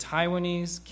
Taiwanese